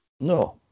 No